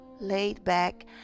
laid-back